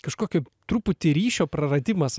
kažkokio truputį ryšio praradimas